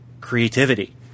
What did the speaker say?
creativity